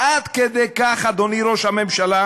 עד כדי כך, אדוני ראש הממשלה,